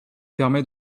permet